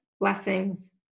blessings